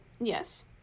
yes